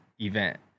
event